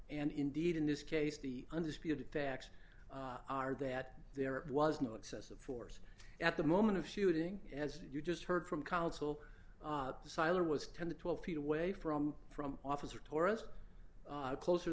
and indeed in this case the undisputed facts are that there was no excessive force at the moment of shooting as you just heard from counsel siler was ten to twelve feet away from from officer taurus closer